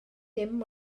dim